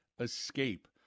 escape